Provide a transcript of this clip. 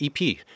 EP